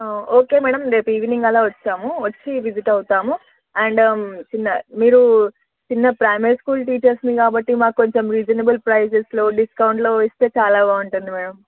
okay madam రేపు evening అలా వస్తాము వచ్చి విసిట్ అవుతాము అండ్ చిన్న మీరు చిన్న ప్రైమరీ స్కూల్ టీచర్స్ మీ కాబట్టి మా కొంచెం రీజనబుల్ ప్రైజెస్లో డిస్కౌంట్లో ఇస్తే చాలా బావుంటుంది మ్యాడమ్